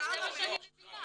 זה מה שאני מבינה.